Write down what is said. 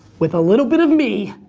with a little bit of me,